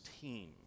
team